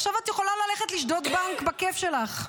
עכשיו את יכולה ללכת לשדוד בנק בכיף שלך.